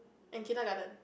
and kindergarten